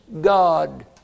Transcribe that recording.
God